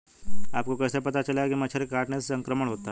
आपको कैसे पता चलेगा कि मच्छर के काटने से संक्रमण होता है?